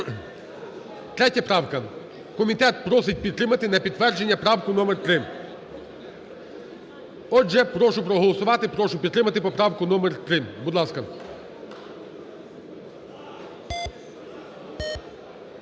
3 правка, комітет просить підтримати на підтвердження правку номер 3. Отже, прошу проголосувати, прошу підтримати поправку номер 3, будь ласка.